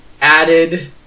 added